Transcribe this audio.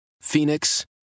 Phoenix